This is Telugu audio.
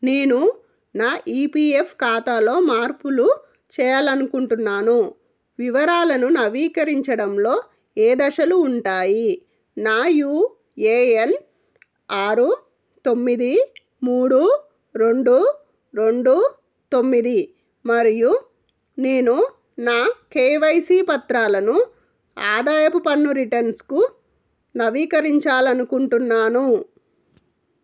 నేను నా ఈ పీ ఎఫ్ ఖాతాలో మార్పులు చేయాలి అనుకుంటున్నాను వివరాలను నవీకరించడంలో ఏ దశలు ఉంటాయి నా యూ ఏ ఎన్ ఆరు తొమ్మిది మూడు రెండు రెండు తొమ్మిది మరియు నేను నా కే వై సీ పత్రాలను ఆదాయపు పన్ను రిటర్న్స్కు నవీకరించాలి అనుకుంటున్నాను